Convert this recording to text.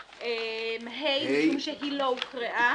ל-580(5)(ה), כי היא לא הוקראה.